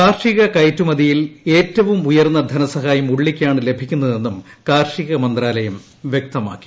കാർഷിക കയറ്റുമതിയിൽ ് ഏറ്റവും ഉയർന്ന് ധ്നസഹായം ഉള്ളിയ്ക്കാണ് ലഭിക്കുന്നതെന്നും കാർഷിക മന്ത്രാലയം വ്യക്തമാക്കി